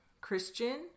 Christian